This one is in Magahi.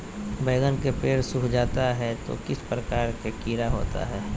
बैगन के पेड़ सूख जाता है तो किस प्रकार के कीड़ा होता है?